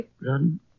Run